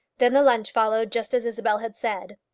then the lunch followed, just as isabel had said.